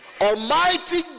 Almighty